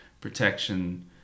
protection